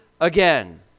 again